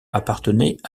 appartenaient